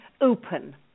open